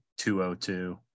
202